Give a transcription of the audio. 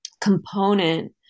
component